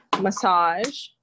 massage